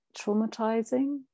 traumatizing